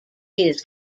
his